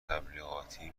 تبلیغاتی